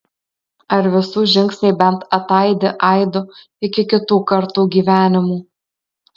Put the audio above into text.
ar visų žingsniai bent ataidi aidu iki kitų kartų gyvenimų